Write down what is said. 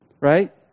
Right